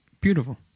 Beautiful